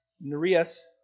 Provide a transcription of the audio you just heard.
Nereus